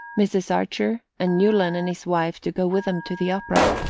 mrs. archer and newland and his wife to go with them to the opera,